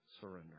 surrender